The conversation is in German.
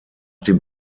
dem